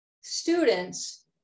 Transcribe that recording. students